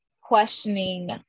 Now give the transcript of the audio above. questioning